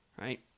Right